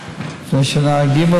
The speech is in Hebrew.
לפני שנה עם ג',